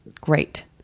Great